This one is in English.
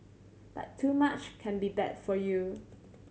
but too much can be bad for you